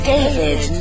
David